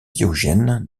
diogène